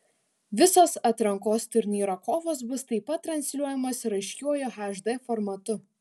visos atrankos turnyro kovos bus taip pat transliuojamos raiškiuoju hd formatu